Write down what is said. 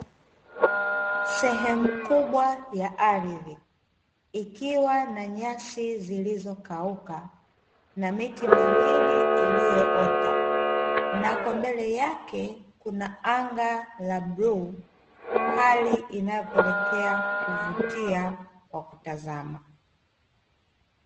Sehemu kubwa ya ardhi ikiwa na nyasi zilizokauka, na miti miwili iliyoota, na kwa mbele yake kuna anga la bluu, hali inayopelekea kuvutia kwa kutazama.